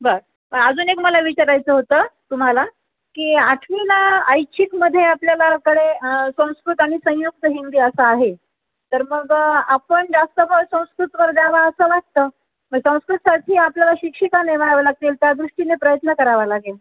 बरं अजून एक मला विचारायचं होतं तुम्हाला की आठवीला ऐच्छिकमध्ये आपल्यालाकडे संस्कृत आणि संयुक्त हिंदी असं आहे तर मग आपण जास्त भर संस्कृतवर द्यावा असं वाटतं मग संस्कृतसाठी आपल्याला शिक्षिका नेमाव्या लागतील त्या दृष्टीने प्रयत्न करावा लागेल